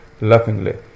laughingly